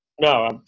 No